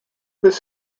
this